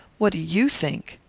what do you think?